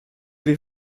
vais